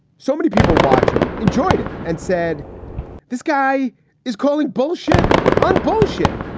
so many people watching enjoyed it and said this guy is calling bullshit on bullshit.